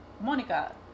Monica